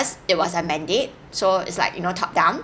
it was a mandate so it's like you know top down